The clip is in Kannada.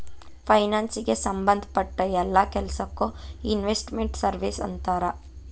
ಫೈನಾನ್ಸಿಗೆ ಸಂಭದ್ ಪಟ್ಟ್ ಯೆಲ್ಲಾ ಕೆಲ್ಸಕ್ಕೊ ಇನ್ವೆಸ್ಟ್ ಮೆಂಟ್ ಸರ್ವೇಸ್ ಅಂತಾರ